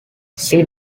see